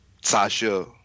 Sasha